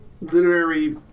literary